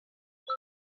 der